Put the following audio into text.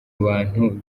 abantu